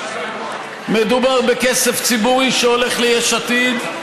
כשמדובר בכסף ציבורי שהולך ליש עתיד,